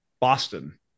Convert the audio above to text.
Boston